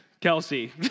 Kelsey